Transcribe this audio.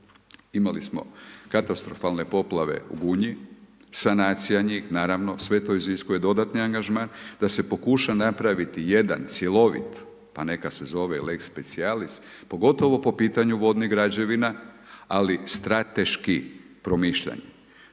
imali smo katastrofalne poplave u Gunji, sanacija njih, naravno sve to iziskuje dodatni angažman da se pokuša napraviti jedan cjelovit pa neka se zove lex specijalis pogotovo po pitanju vodnih građevina ali strateških promišljanja.